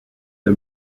the